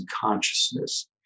consciousness